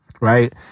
right